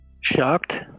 Shocked